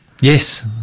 Yes